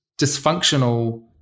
dysfunctional